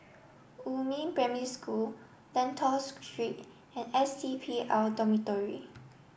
Yumin Primary School Lentor Street and S C P L Dormitory